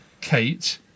Kate